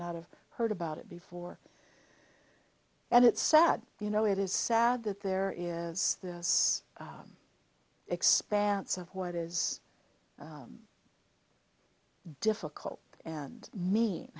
not have heard about it before and it's sad you know it is sad that there is this expanse of what is difficult and mea